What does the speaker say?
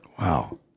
Wow